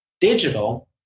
digital